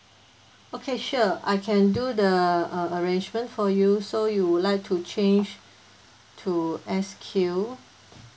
okay sure I can do the uh arrangement for you so you would like to change to S_Q